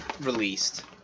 released